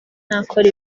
nakora